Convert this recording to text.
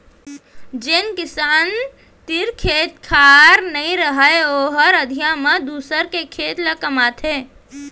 जेन किसान तीर खेत खार नइ रहय ओहर अधिया म दूसर के खेत ल कमाथे